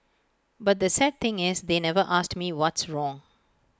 but the sad thing is they never asked me what's wrong